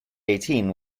eighteen